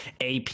ap